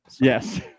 Yes